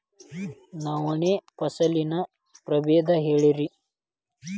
ನವಣಿ ಫಸಲಿನ ಪ್ರಭೇದ ಹೇಳಿರಿ